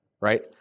right